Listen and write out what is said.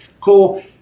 Cool